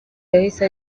yahise